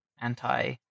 anti